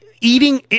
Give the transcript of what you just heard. eating